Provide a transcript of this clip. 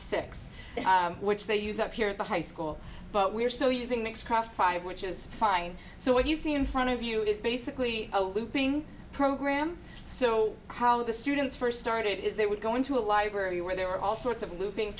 six which they use up here at the high school but we're still using mix craft five which is fine so what you see in front of you is basically a looping program so how the students first started is they would go into a library where there were all sorts of looping